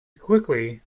quickly